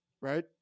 right